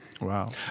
Wow